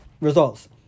results